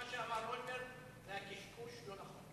מה שאמר אולמרט היה קשקוש לא נכון.